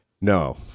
No